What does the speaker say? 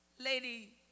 Lady